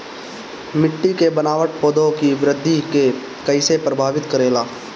मिट्टी के बनावट पौधों की वृद्धि के कईसे प्रभावित करेला?